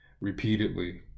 repeatedly